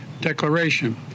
declaration